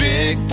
Big